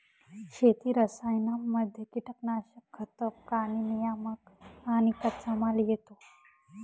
शेती रसायनांमध्ये कीटनाशक, खतं, प्राणी नियामक आणि कच्चामाल येतो